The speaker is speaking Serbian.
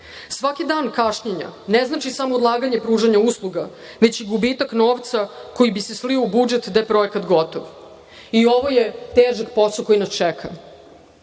Svaki dan kašnjenja ne znači samo odlaganje i pružanje usluga, već i gubitak novca koji bi se slio u budžet da je projekat gotov. Ovo je težak posao koji nas čeka.